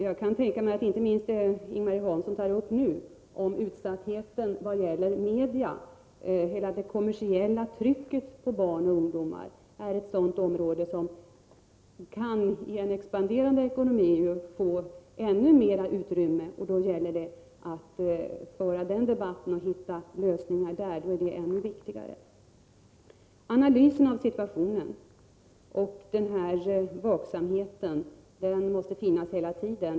Jag kan tänka mig att inte minst vad Ing-Marie Hansson tog upp om utsattheten för barn i vad gäller media och hela det kommersiella trycket på barn och ungdomar är ett sådant område som i en expanderande ekonomi kan få ännu mera utrymme. Då är det än viktigare att föra en debatt om detta och försöka hitta lösningar. Analysen av situationen är viktig, och den här vaksamheten måste finnas med hela tiden.